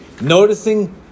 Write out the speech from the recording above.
Noticing